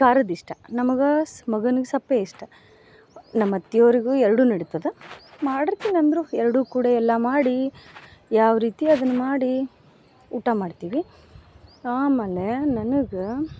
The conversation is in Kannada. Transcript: ಖಾರದ್ದು ಇಷ್ಟ ನಮಗೆ ಮಗನಿಗೆ ಸಪ್ಪೆ ಇಷ್ಟ ನಮ್ಮ ಅತ್ತಿಯವ್ರ್ಗೂ ಎರಡು ನೆಡಿತದ ಮಾಡ್ರ್ತಿನಂದ್ರು ಎರಡು ಕೂಡೆ ಎಲ್ಲಾ ಮಾಡಿ ಯಾವ ರೀತಿ ಅದನ್ನ ಮಾಡಿ ಊಟ ಮಾಡ್ತೀವಿ ಆಮೇಲೆ ನನಗೆ